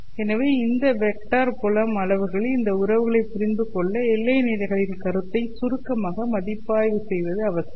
எனவே இந்த வெக்டர் புலம் அளவுகளில் இந்த உறவுகளைப் புரிந்து கொள்ள எல்லை நிலைகளின் கருத்தை சுருக்கமாக மதிப்பாய்வு செய்வது அவசியம்